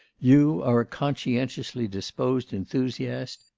you are a conscientiously disposed enthusiast,